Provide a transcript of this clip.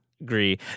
Agree